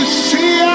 see